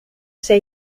say